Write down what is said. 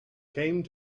came